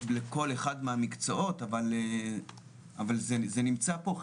לכל אחד מהמקצועות אבל זה נמצא פה,